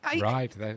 Right